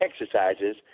exercises